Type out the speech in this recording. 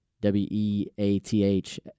W-E-A-T-H